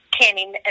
canning